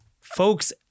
Folks